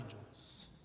angels